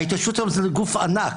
ההתיישבות היום זה גוף ענק,